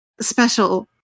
special